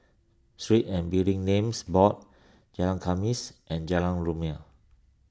Street and Building Names Board Jalan Khamis and Jalan Rumia